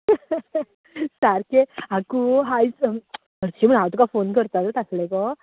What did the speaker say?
सारकें आगो आयज हरशीं म्हण हांव तुका फोन करपाचेंच आसलें गो